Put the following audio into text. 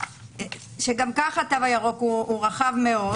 גם ככה התו הירוק הוא רחב מאוד